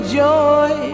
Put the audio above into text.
joy